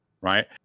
right